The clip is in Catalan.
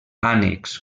ànecs